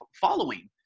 following